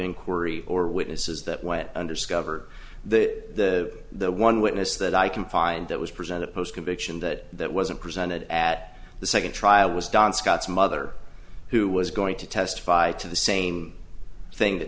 inquiry or witnesses that went under skiver the one witness that i can find that was present a post conviction that that wasn't presented at the second trial was don scott's mother who was going to testify to the same thing that